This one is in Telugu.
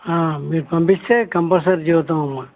మీరు పంపిస్తే కంపల్సరి చెబుతామమ్మా